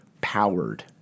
powered